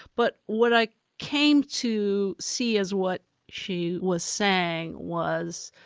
but what i came to see is what she was saying was,